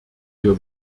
wir